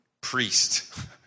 priest